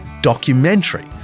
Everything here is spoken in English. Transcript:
documentary